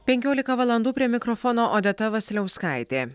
penkiolika valandų prie mikrofono odeta vasiliauskaitė